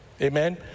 Amen